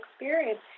experience